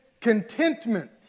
contentment